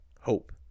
Hope